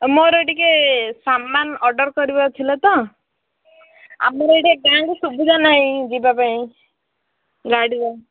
ମୋର ଟିକେ ସାମାନ ଅର୍ଡ଼ର କରିବାର ଥିଲା ତ ଆମର ଏଇଠେ ଗାଁରେ ସୁବିଧା ନାହିଁ ଯିବା ପାଇଁ ଗାଡ଼ିରେ